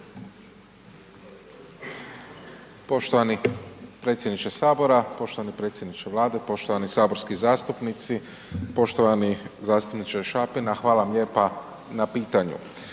Poštovani predsjedniče HS, poštovani predsjedniče Vlade, poštovani saborski zastupnici, poštovani zastupniče Šapina hvala vam lijepa na pitanju.